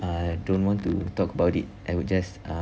uh don't want to talk about it I would just uh